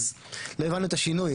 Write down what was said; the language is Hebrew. אז לא הבנו את השינוי.